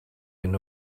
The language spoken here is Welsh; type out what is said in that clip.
hyn